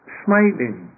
smiling